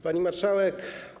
Pani Marszałek!